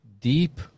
deep